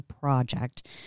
project